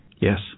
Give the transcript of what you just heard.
Yes